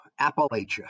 Appalachia